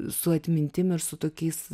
su atmintim ir su tokiais